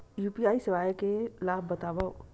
UPI सेवाएं के लाभ बतावव?